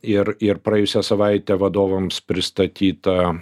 ir ir praėjusią savaitę vadovams pristatyta